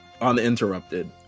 uninterrupted